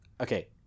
Okay